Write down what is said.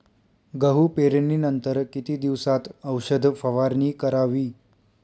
गहू पेरणीनंतर किती दिवसात औषध फवारणी करावी?